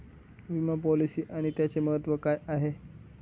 विमा पॉलिसी आणि त्याचे महत्व काय आहे?